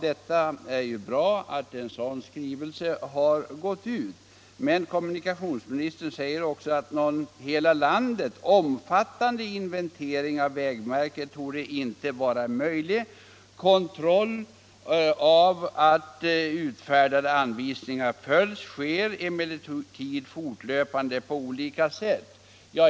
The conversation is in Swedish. Det är ju bra att en sådan skrivelse gått ut, men kommunikationsministern säger också att någon hela landet omfattande inventering av vägmärken inte torde vara möjlig. Kontroll av att utfärdade anvisningar följs sker emellertid fortlöpande på olika sätt.